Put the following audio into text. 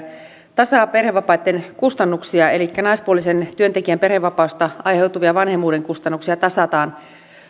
tasaa perhevapaitten kustannuksia elikkä naispuolisen työntekijän perhevapaista aiheutuvia vanhemmuuden kustannuksia tasataan